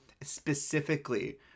specifically